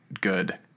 good